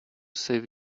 save